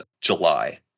July